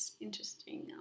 interesting